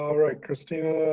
um right, kristina,